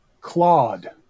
Claude